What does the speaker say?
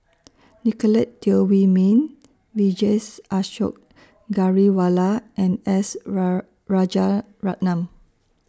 Nicolette Teo Wei Min Vijesh Ashok Ghariwala and S Rajaratnam